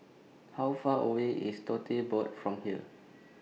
How Far away IS Tote Board from here